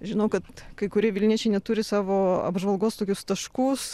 žinau kad kai kurie vilniečiai net turi savo apžvalgos tokius taškus